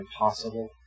impossible